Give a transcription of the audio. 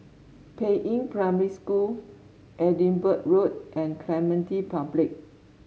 Peiying Primary School Edinburgh Road and Clementi Public